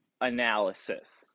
analysis